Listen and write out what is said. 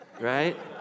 right